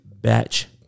batch